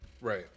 Right